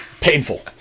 Painful